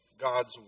God's